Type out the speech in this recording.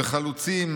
ו​חלוצים,